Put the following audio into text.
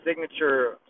signature